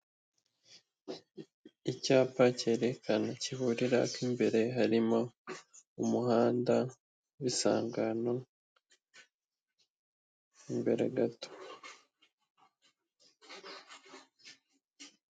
Icyapa cyerekana, kiburira ko imbere harimo umuhanda w'isangano imbere gato.